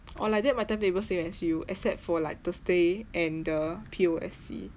oh like that my timetable same as you except for like thursday and the P_O_S_C